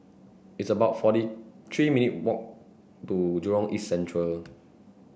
it's about forty three minutes' walk to Jurong East Central